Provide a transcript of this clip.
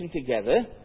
together